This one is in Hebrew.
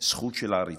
לזכות של עריצות.